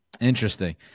Interesting